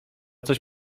coś